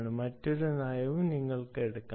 നിങ്ങൾക്ക് മറ്റൊരു നയം എടുക്കാം